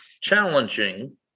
challenging